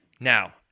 Now